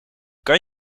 kan